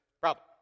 problem